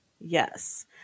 Yes